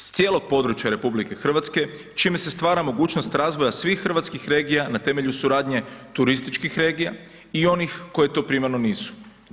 S cijelog područja RH, čime se stvara mogućnost razvoja svih hrvatskih regija na temelju suradnje turističkih regija i onih koje to primarno nisu.